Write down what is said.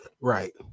Right